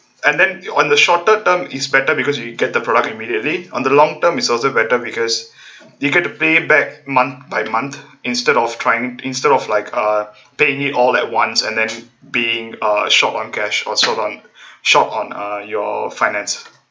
and then on the shorter term is better because you get the product immediately on the long term is also better because you can pay it back month by month instead of trying instead of like uh paying it all at once and then being uh short on cash or sold on short on uh your finance